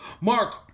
Mark